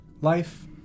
life